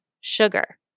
sugar